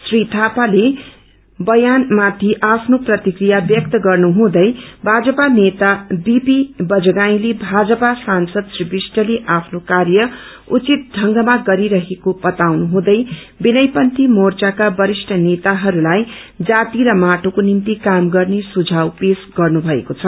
श्री थापाको बयानमाथि आफ्नो प्रतिक्रिया व्यक्त गर्नुहुँदै भाजपा नेता बीपी बजगाँईले थाजपा सांसद श्री विष्टते आफ्नो कार्य उचित ढंगमा गरिरहेको बताउनुहुँदै विनयपन्थी मोर्चाका वरिष्ट नेताहरूलाई जाति र माटोको निम्ति काम गर्ने सुझाव पेश गर्नुभएको छ